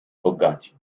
bogaci